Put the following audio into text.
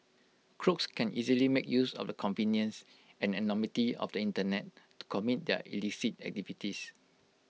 crooks can easily make use of the convenience and anonymity of the Internet to commit their illicit activities